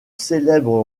célèbre